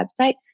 website